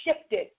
shifted